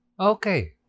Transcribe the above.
Okay